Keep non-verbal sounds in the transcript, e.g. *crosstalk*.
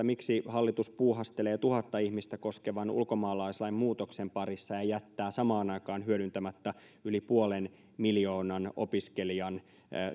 *unintelligible* miksi hallitus puuhastelee tuhatta ihmistä koskevan ulkomaalaislain muutoksen parissa ja jättää samaan aikaan hyödyntämättä yli puolen miljoonan opiskelijan